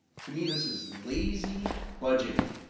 to me, this is lazy budgeting.